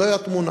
זוהי התמונה.